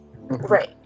Right